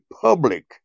public